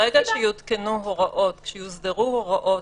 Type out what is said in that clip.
ברגע שיותקנו הוראות, כשיוסדרו הוראות